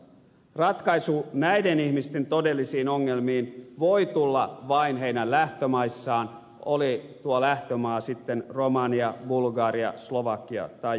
ratkaisu näiden ihmisten todellisiin ongelmiin voi tulla vain heidän lähtömaissaan oli tuo lähtömaa sitten romania bulgaria slovakia tai jokin muu